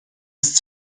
ist